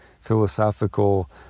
philosophical